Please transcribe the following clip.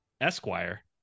esquire